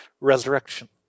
resurrection